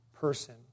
person